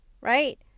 right